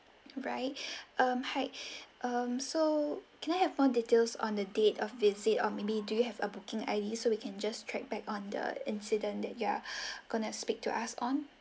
right um hi um so can I have more details on the date of visit or maybe do you have a booking I_D so we can just track back on the incident that you are gonna speak to us on